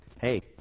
hey